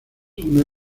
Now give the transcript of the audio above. una